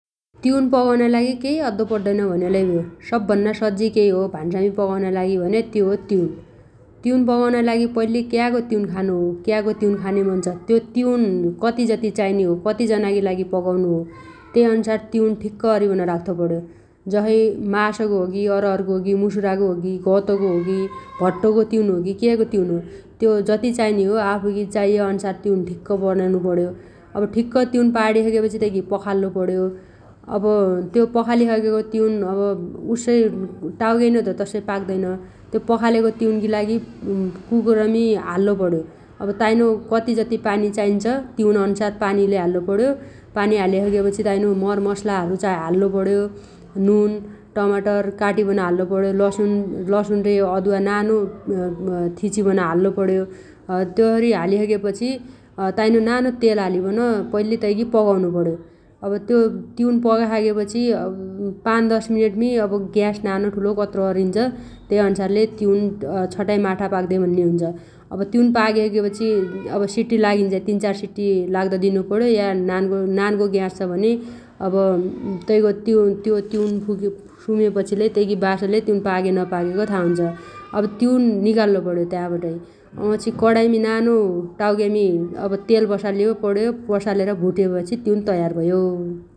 तिउन पगाउनाइ लागि केइ अद्दो पड्डैन भन्यालै भ्यो । सब्भन्ना सज्जि केइ हो भान्सामी पगाउना लागि भने त्यो हो तिउन । तिउन पगाउनाइ लागि पैल्ली क्यागो तिउन खानो हो क्यागो तिउन खानेमन छ त्यो तिउन कति जति चाइने हो कति जनागी पगाउनु हो तैअन्सार तिउन ठिक्क अरिबन राख्तो पण्यो । जसइ मासगो होकी अरहरगो होगी मुसुरागो होगी गतगो होगी भट्टगो तिउन होगी केगो तिउन हो त्यो जति चाइने हो आफुगी चाइयाअन्सार तिउन ठिक्क बनाउनुपण्यो । अब ठिक्क तिउन पाणीसगेपछि तैगी पखाल्लु पण्यो । अब त्यो पखालिसगेगो तिउन अब उस्सै टाउगेइनो त तस्सै पाक्दैन त्यो पखालेगो तिउनगी लागि कुकरमी हाल्लो पण्यो । अब ताइनो कतिजति पानि चाइन्छ तिउनअनुसार पानि लै हाल्लुपण्यो । पानि हालिसगेपछी ताइनो मरमसलाहरु चा हाल्लुपण्यो । नुन टमाटर काटिबन हाल्लुपण्यो लसुण लसुण रे अदुवा नानो थिचिबन हाल्लुपण्यो । तसरी हालिसगेपछि ताइनो नानो तेल हालिबन पैल्लि तैगी पगाउनुपण्यो । अब त्यो तिउन पगाइसगेपछि अब पाच दश मिनेटमी ग्यास नानो ठुलो कत्रो अरिन्छ त्यैअन्सारले तिउन छटाइ माठा पाग्दे भन्ने हुन्छ । अब तिउन पागिसगेपछि अब सिट्टि लागिन्झाइ तिन चार सिट्टि लाग्द दिनुपण्यो या नान्गो ग्यास छ भने अब तैगो त्यो तिउन सुमेपछि लै तैगी बासले तिउन पागे नपागेगो था हुन्छ। अब तिउन निगाल्लो ताबाट है । वछी कणैमी नानो टाउग्यामी अब तेल बसाल्लो पण्यो बसालेर भुटेपछि तिउन तयार भयो ।